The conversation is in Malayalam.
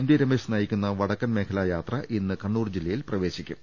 ടി രമേശ് നയിക്കുന്ന വടക്കൻ മേഖലാ യാത്ര ഇന്ന് കണ്ണൂർ ജില്ലയിൽ പ്രവേശിക്കും